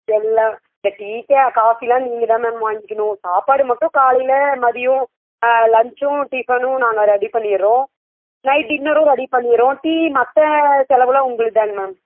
எல்லாம் இந்த டீ கா காஃபியெல்லாம் நீங்கள் தான் மேம் வாங்கிகணும் சாப்பாடு மட்டும் காலையில் மதியம் லஞ்ச்சும் டிஃபனும் நாங்கள் ரெடி பண்ணிடுறோம் நைட் டின்னரும் ரெடி பண்ணிடுறோம் டீ மற்ற செலவெல்லாம் உங்களது தாங்க மேம்